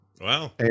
Wow